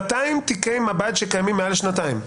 200 תיקי מב"ד שקיימים מעל לשנתיים?